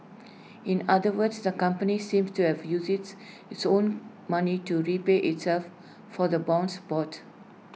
in other words the company seemed to have used its its own money to repay itself for the bonds bought